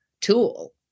tool